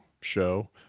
show